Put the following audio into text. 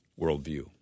worldview